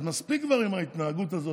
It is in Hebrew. אז מספיק כבר עם ההתנהגות הזאת.